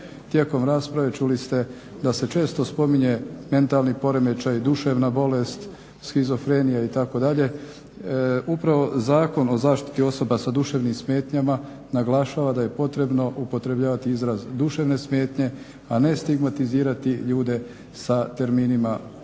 Tijekom rasprave čuli ste da se često spominje mentalni poremećaj, duševna bolest, šizofrenija itd. Upravo Zakon o zaštiti osoba sa duševnim smetnjama naglašava da je potrebno upotrebljavati izraz duševne smetnje, a ne stigmatizirati ljude sa terminima bolest,